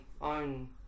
own